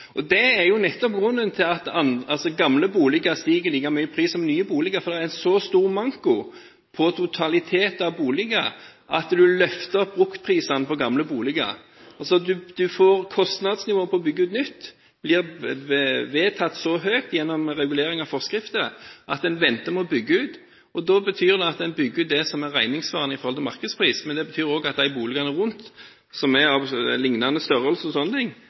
og etterspørsel. Det er jo nettopp grunnen til at gamle boliger stiger like mye i pris som nye boliger, for det er så stor manko på totalitet av boliger at en løfter bruktprisene på gamle boliger. Kostnadsnivået på å bygge ut nytt blir vedtatt så høyt gjennom regulering av forskrifter at en venter med å bygge ut. Da betyr det at en bygger ut det som er regningssvarende i forhold til markedspris, men det betyr også at de boligene rundt, som er av liknende størrelse